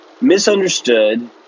misunderstood